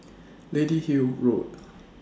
Lady Hill Road